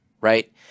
right